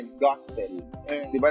gospel